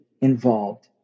involved